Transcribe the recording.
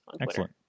Excellent